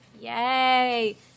Yay